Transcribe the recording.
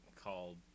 called